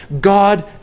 God